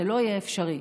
זה לא יהיה אפשרי.